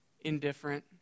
Indifferent